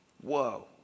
Whoa